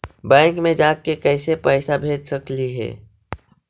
Bank मे जाके कैसे पैसा भेज सकली हे?